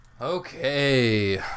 Okay